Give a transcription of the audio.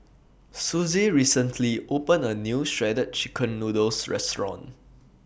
Sussie recently opened A New Shredded Chicken Noodles Restaurant